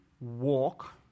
walk